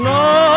no